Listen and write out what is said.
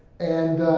and